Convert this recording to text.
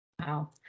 Wow